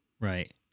right